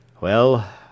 Well